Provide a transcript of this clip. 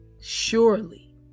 surely